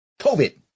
COVID